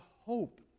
hope